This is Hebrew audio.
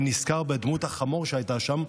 אני נזכר בדמות החמור שהייתה שם,